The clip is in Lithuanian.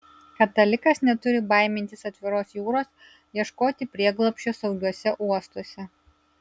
katalikas neturi baimintis atviros jūros ieškoti prieglobsčio saugiuose uostuose